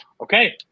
Okay